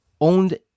owned